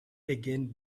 again